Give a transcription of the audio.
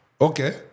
Okay